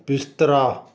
ਬਿਸਤਰਾ